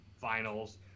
finals